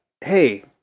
hey